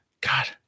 god